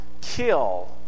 kill